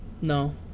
No